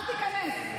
אל תיכנס.